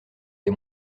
des